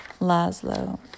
Laszlo